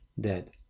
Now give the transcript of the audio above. dead